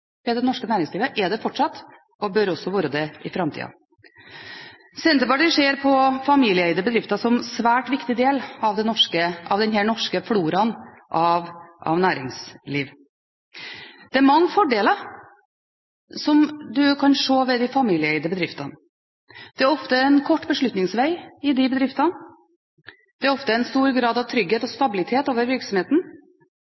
ved det norske næringslivet, det er det fortsatt og bør også være det i framtida. Senterpartiet ser på familieeide bedrifter som en svært viktig del av denne norske floraen av næringsliv. Det er mange fordeler som en kan se ved de familieeide bedriftene. Det er ofte en kort beslutningsveg i disse bedriftene, og det er ofte en stor grad av trygghet og